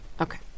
Okay